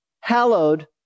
hallowed